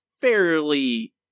fairly